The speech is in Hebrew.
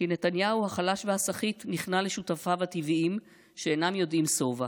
כי נתניהו החלש והסחיט נכנע לשותפיו הטבעיים שאינם יודעים שובע,